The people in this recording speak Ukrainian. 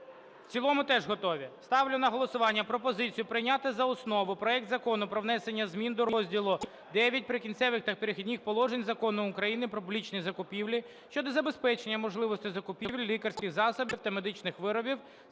В цілому теж готові? Ставлю на голосування пропозицію прийняти за основу проект Закону про внесення змін до розділу ІХ "Прикінцеві та перехідні положення" Закону України "Про публічні закупівлі" щодо забезпечення можливості закупівлі лікарських засобів та медичних виробів